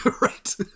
Right